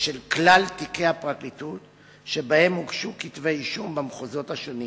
של כלל תיקי הפרקליטות שבהם הוגשו כתבי-אישום במחוזות השונים,